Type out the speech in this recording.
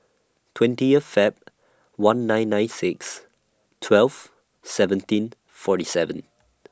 twentieth Feb one nine nine six twelve seventeen forty seven